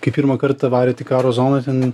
kai pirmą kartą varėt į karo zoną ten